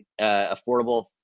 Affordable